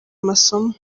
amasomo